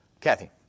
Kathy